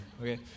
Okay